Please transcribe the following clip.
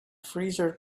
freezer